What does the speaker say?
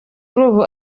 ubu